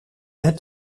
het